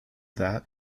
that